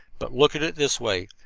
but look at it this way.